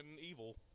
evil